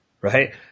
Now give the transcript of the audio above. right